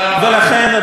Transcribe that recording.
אדוני היושב-ראש,